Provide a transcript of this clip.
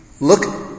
look